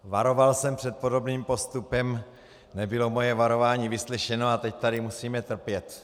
Varoval jsem před podobným postupem, nebylo moje varování vyslyšeno a teď tady musíme trpět.